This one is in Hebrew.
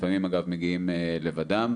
לפעמים מגיעים לבדם,